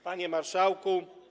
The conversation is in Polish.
Panie Marszałku!